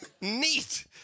Neat